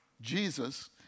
Jesus